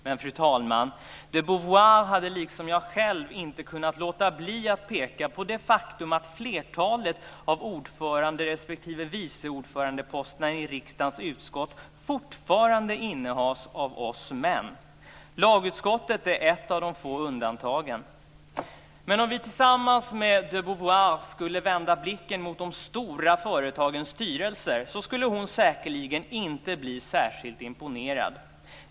Men, fru talman, de Beauvoir hade liksom jag själv inte kunnat låta bli att peka på det faktum att flertalet av ordförande respektive vice ordförandeposterna i riksdagens utskott fortfarande innehas av oss män. Lagutskottet är ett av de få undantagen. Men om vi tillsammans med de Beauvoir skulle vända blicken mot de stora företagens styrelser skulle hon säkerligen inte bli särskilt imponerad.